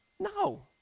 No